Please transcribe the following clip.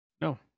No